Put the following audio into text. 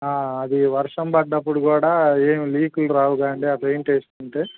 అది వర్షం పడ్డప్పుడు కూడా ఏం లీకులు రావుగా అండి ఆ పెయింట్ వెసుకుంటే